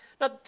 Now